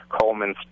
Coleman